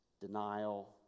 denial